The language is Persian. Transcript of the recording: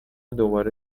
دوباره